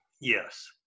Yes